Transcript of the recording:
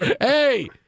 Hey